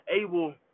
able